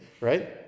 right